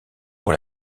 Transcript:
pour